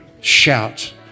shout